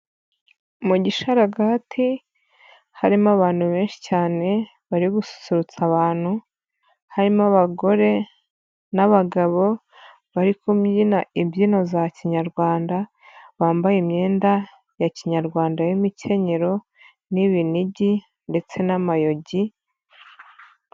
Mu gisharagati, harimo abantu benshi cyane, bari gususurutsa abantu harimo, abagore n'abagabo, bari kubyina imbyino za kinyarwanda, bambaye imyenda ya kinyarwanda y'imikenyero n'ibinigi, ndetse n'amayugi.